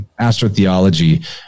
astrotheology